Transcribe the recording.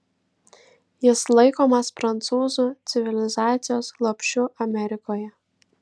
jis laikomas prancūzų civilizacijos lopšiu amerikoje